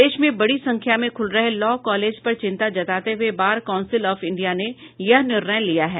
देश में बड़ी संख्या में खुल रहे लॉ कॉलेज पर चिंता जताये हुए बार कौंसिल ऑफ इंडिया ने यह निर्णय लिया है